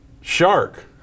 shark